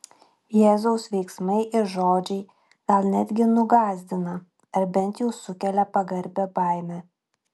jėzaus veiksmai ir žodžiai gal netgi nugąsdina ar bent jau sukelia pagarbią baimę